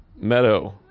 Meadow